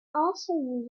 also